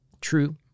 True